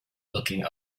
looking